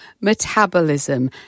metabolism